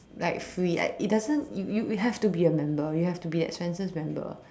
like free like it doesn't you you you have to be a member you have to be a Swensen's member